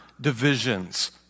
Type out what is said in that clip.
divisions